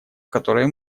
которых